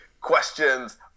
questions